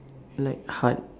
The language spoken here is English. like hard